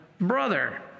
brother